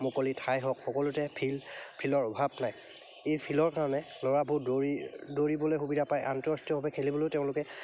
মুকলিত ঠাই হওক সকলোতে ফিল্ড ফিল্ডৰ অভাৱ নাই এই ফিল্ডৰ কাৰণে ল'ৰাবোৰ দৌৰি দৌৰিবলৈ সুবিধা পায় আন্তঃৰাষ্ট্ৰীয়ভাৱে খেলিবলৈও তেওঁলোকে